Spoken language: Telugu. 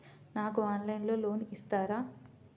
నాకు ఆన్లైన్లో లోన్ ఇస్తారా?